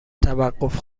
توقف